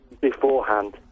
beforehand